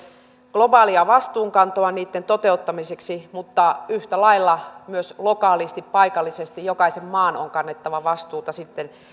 globaalia vastuunkantoa niitten toteuttamiseksi mutta yhtä lailla myös lokaalisti paikallisesti jokaisen maan on kannettava vastuuta sitten